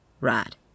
right